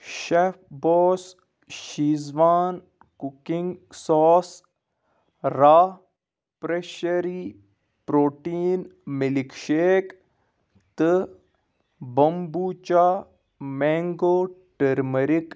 chef boss Schezwan cooking sauce raw Pressery protein milk shake تہٕ Bombucha mango turmeric